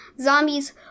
zombies